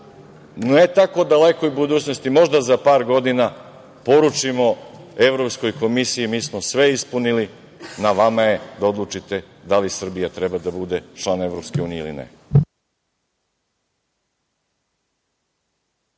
ne u tako dalekoj budućnosti, možda za par godina, poručimo Evropskoj komisiji - mi smo sve ispunili, na vama je da odlučite da li Srbija treba da bude član EU ili ne.